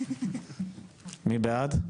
מי בעד?